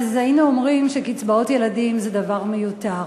היינו אומרים שקצבאות ילדים זה דבר מיותר.